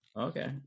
Okay